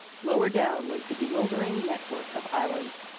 lower down was the bewildering net-work of islands.